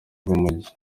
bw’umujyi